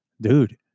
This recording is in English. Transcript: Dude